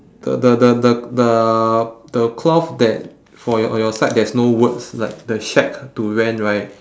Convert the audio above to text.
the the the the the the cloth that for your your side there's no words like the shack to rent right